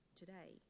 today